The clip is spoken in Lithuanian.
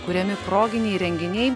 kuriami proginiai renginiai